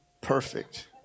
perfect